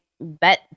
bet